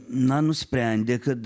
na nusprendė kad